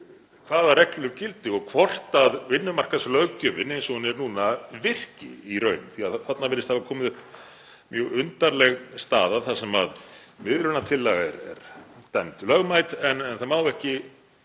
hvaða reglur gildi og hvort vinnumarkaðslöggjöfin eins og hún er núna virki í raun? Þarna virðist hafa komið upp mjög undarleg staða þar sem miðlunartillaga er dæmd lögmæt en mönnum er